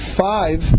five